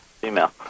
Female